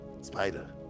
Spider